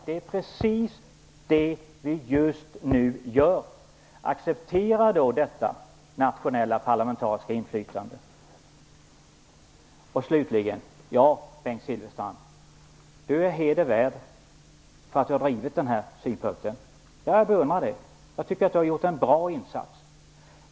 Det är precis det som vi just nu gör. Acceptera då detta nationella parlamentariska inflytande! Slutligen: Bengt Silverstrand är heder värd för att han har drivit denna synpunkt. Det beundrar jag. Jag tycker att han har gjort en bra insats.